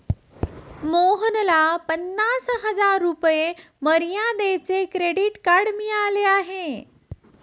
मोहनला पन्नास हजार रुपये मर्यादेचे क्रेडिट कार्ड मिळाले आहे